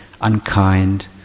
unkind